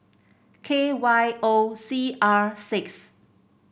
K Y O C R six